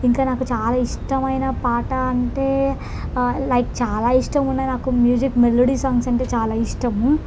ఇంకా నాకు చాలా ఇష్టమైన పాట అంటే లైక్ చాలా ఇష్టమున్నాయి నాకు మ్యూజిక్ మెలోడీ సాంగ్స్ అంటే చాలా ఇష్టము